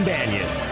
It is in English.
Banyan